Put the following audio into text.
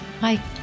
Hi